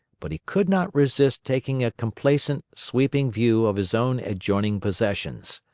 but he could not resist taking a complacent, sweeping view of his own adjoining possessions.